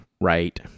right